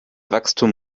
wachstum